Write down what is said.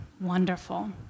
wonderful